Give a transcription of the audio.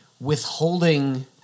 withholding